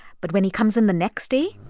but when he comes in the next day.